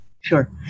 Sure